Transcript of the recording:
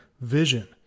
vision